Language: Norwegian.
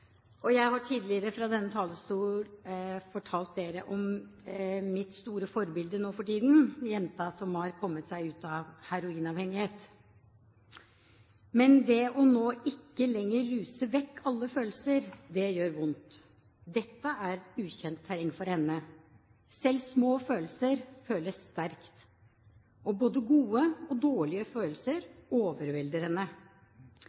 selvskading. Jeg har tidligere fra denne talerstolen fortalt dere om mitt store forbilde nå for tiden, jenta som har kommet seg ut av heroinavhengighet. Men det å ikke ruse vekk alle følelser gjør vondt. Dette er ukjent terreng for henne. Selv små følelser føles sterkt, og både gode og